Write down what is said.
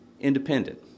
independent